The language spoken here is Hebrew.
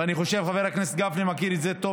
אני חושב שחבר הכנסת גפני מכיר את זה טוב